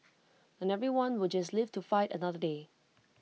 and everyone will just live to fight another day